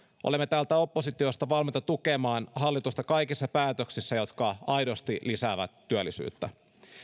olemme täältä oppositiosta valmiita tukemaan hallitusta kaikissa päätöksissä jotka aidosti lisäävät työllisyyttä